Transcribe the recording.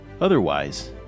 Otherwise